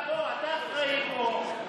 אתה האחראי פה,